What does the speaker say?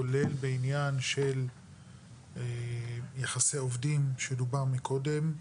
כולל בעניין של יחסי עובדים שדובר קודם,